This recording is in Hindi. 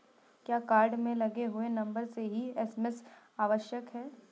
क्या कार्ड में लगे हुए नंबर से ही एस.एम.एस आवश्यक है?